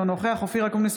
אינו נוכח אופיר אקוניס,